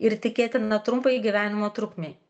ir tikėtina trumpai gyvenimo trukmei